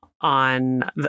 on